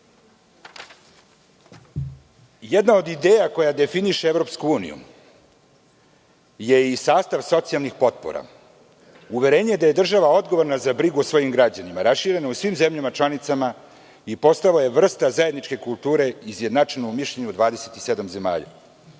od ideja koja definiše EU je i sastav socijalnih potpora. Uverenje da je država odgovorna za brigu o svojim građanima raširena je u svim zemljama članicama i postala je vrsta zajedničke kulture izjednačena u mišljenju 27 zemalja. Evo